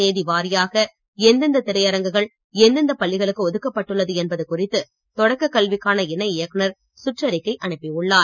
தேதி வாரியாக எந்த எந்த திரையரங்கள் எந்த எந்த பள்ளிகளக்கு ஒதுக்கப்பட்டள்ளது என்பது குறித்து தொடக்கக் கல்விக்கான இணை இயக்குனர் சுற்றறிக்கை அனுப்பியுள்ளார்